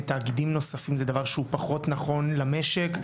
תאגידים נוספים זה דבר שהוא פחות נכון למשק.